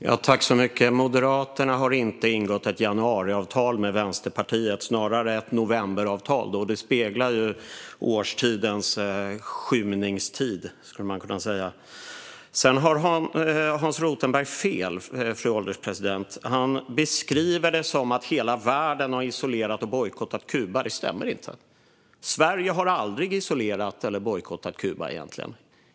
Fru ålderspresident! Moderaterna har inte ingått ett januariavtal med Vänsterpartiet utan snarare ett novemberavtal, då det ju speglar årstidens skymningstid, skulle man kunna säga. Sedan har Hans Rothenberg fel, fru ålderspresident! Han beskriver det som att hela världen har isolerat och bojkottat Kuba. Det stämmer inte. Sverige har aldrig isolerat eller bojkottat Kuba egentligen.